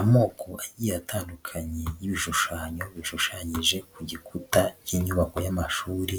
Amoko agiye atandukanye y'ibishushanyo bishushanyije ku gikuta k'inyubako y'amashuri